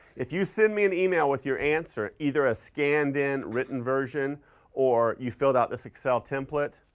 if you send me an email with your answer, either a scanned in written version or you filled out this excel template,